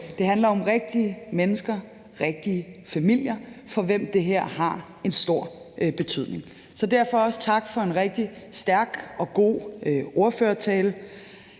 det handler om rigtige mennesker, rigtige familier, for hvem det her har en stor betydning. Så derfor vil jeg også sige tak for en rigtig stærk og god ordførertale.